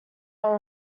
are